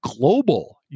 Global